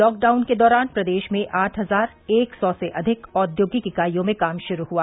lockdown के दौरान प्रदेश में आठ हजार एक सौ से अधिक औद्योगिक इकाईयों में काम शुरू हुआ